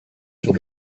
sur